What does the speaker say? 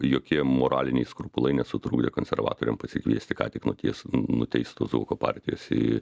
jokie moraliniai skrupulai nesutrukdė konservatoriam pasikviesti ką tik nuties nuteisto zuoko partijos į